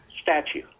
statue